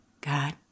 God